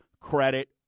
Credit